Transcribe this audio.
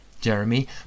Jeremy